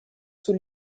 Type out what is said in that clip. sur